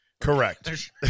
Correct